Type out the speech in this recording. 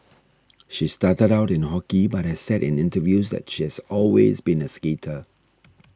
she started out in hockey but has said in interviews that she has always been a skater